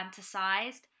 fantasized